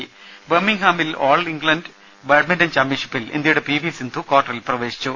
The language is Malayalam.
ദേദ ബർമിങാമിൽ ഓൾ ഇംഗ്ലണ്ട് ബാഡ്മിന്റൺ ചാമ്പ്യൻഷിപ്പിൽ ഇന്ത്യയുടെ പി വി സിന്ധു ക്വാർട്ടറിൽ കടന്നു